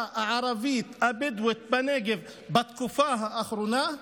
הערבית הבדואית בנגב בתקופה האחרונה,